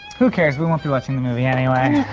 who cares, we won't be watching the movie anyway.